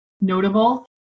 notable